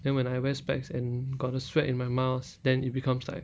then when I wear specs and got the sweat in my mouth then it becomes like